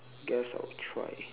guess I'll try